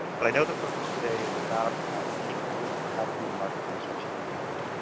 but i know the focus today is about our etools and how to do market research using them.